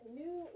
new